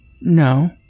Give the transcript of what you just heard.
no